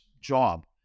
job